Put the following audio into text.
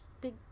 big